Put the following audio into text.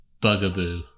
Bugaboo